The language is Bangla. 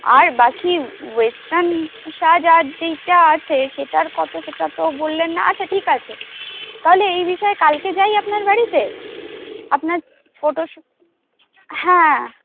আর বাকি ওয়েস্টার্ন সাজ আর যেইটা আছে সেটার কত সেটা তো বললেন না আচ্ছা ঠিক আছে তাহলে এই বিষয়ে কালকে যাই আপনার বাড়িতে আপনার ফোটোস্যুট হ্যাঁ